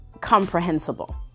comprehensible